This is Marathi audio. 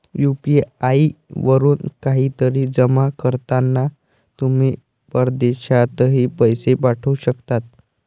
यू.पी.आई वरून काहीतरी जमा करताना तुम्ही परदेशातही पैसे पाठवू शकता